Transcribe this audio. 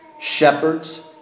Shepherd's